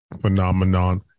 phenomenon